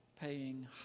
paying